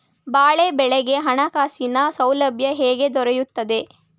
ಬಾಳೆ ಬೆಳೆಗೆ ಹಣಕಾಸಿನ ಸೌಲಭ್ಯ ಹೇಗೆ ದೊರೆಯುತ್ತದೆ?